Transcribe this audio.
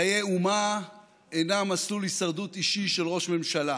חיי אומה אינם מסלול הישרדות אישי של ראש ממשלה.